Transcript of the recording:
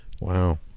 Wow